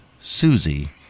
Susie